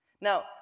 Now